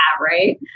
right